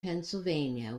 pennsylvania